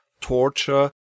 torture